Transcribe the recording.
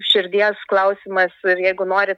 širdies klausimas ir jeigu nori